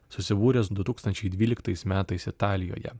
susibūręs du tūkstančiai dvyliktais metais italijoje